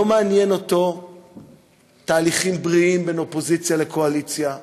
לא מעניינים אותו תהליכים בריאים בין אופוזיציה לקואליציה,